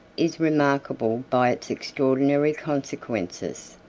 is remarkable by its extraordinary consequences.